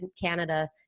Canada